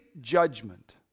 judgment